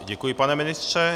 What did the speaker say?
Děkuji, pane ministře.